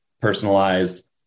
personalized